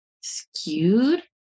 skewed